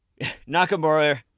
Nakamura